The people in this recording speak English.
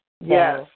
Yes